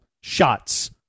shots